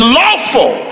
lawful